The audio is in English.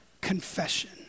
confession